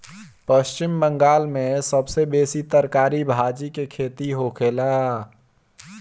पश्चिम बंगाल में सबसे बेसी तरकारी भाजी के खेती होखेला